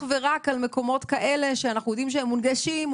ורק על מקומות כאלה שאנחנו יודעים שהם מונגשים,